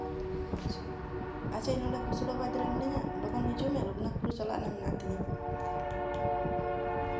ᱟᱪᱪᱷᱟ ᱤᱧ ᱱᱚᱸᱰᱮ ᱯᱩᱥᱲᱟᱹ ᱵᱟᱹᱫᱽ ᱨᱮ ᱢᱤᱱᱟᱹᱧᱟ ᱞᱚᱜᱚᱱ ᱦᱤᱡᱩᱜ ᱢᱮ ᱨᱚᱜᱷᱩᱱᱟᱛᱷᱯᱩᱨ ᱪᱟᱞᱟᱜ ᱨᱮᱱᱟᱜ ᱢᱮᱱᱟᱜ ᱛᱤᱧᱟᱹ